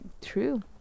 true